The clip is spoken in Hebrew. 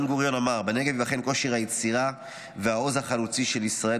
בן-גוריון אמר: "בנגב ייבחן כושר היצירה והעוז החלוצי של ישראל,